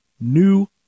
New